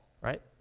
right